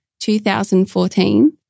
2014